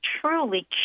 truly